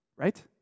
Right